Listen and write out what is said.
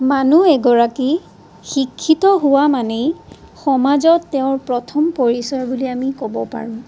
মানুহ এগৰাকী শিক্ষিত হোৱা মানেই সমাজত তেওঁৰ প্ৰথম পৰিচয় বুলি আমি ক'ব পাৰোঁ